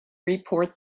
report